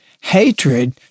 hatred